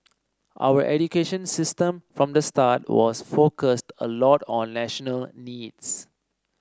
our education system from the start was focused a lot on national needs